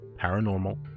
paranormal